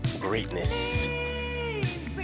Greatness